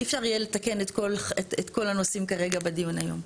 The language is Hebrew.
אי אפשר יהיה לתקן את כל הנושאים כרגע בדיון היום.